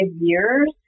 years